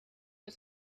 was